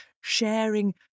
sharing